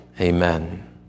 Amen